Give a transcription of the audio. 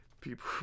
people